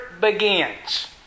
begins